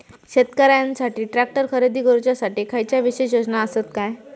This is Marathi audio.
शेतकऱ्यांकसाठी ट्रॅक्टर खरेदी करुच्या साठी खयच्या विशेष योजना असात काय?